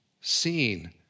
seen